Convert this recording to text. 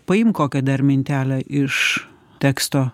paimk kokią dar mintelę iš teksto